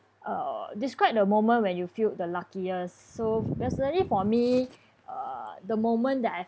uh describe the moment when you feel the luckiest so personally for me uh the moment that I